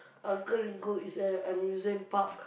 Uncle-Ringo is an amusement park